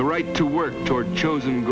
the right to work toward chos